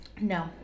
No